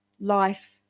life